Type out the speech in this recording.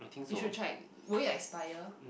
you should check would it expire